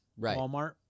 Walmart